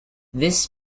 this